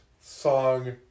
song